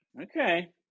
okay